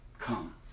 Come